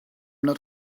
not